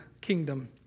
kingdom